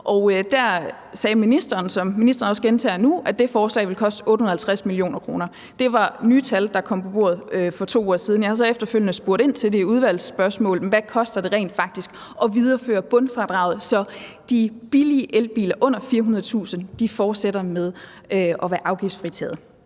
Der sagde ministeren, som ministeren også gentager nu, at det forslag vil koste 850 mio. kr. Det var nye tal, der kom på bordet for 2 uger siden. Jeg har så efterfølgende spurgt ind til det i udvalgsspørgsmål, altså hvad det rent faktisk koster at videreføre bundfradraget, så de billige elbiler under 400.000 kr. fortsætter med at være afgiftsfritaget.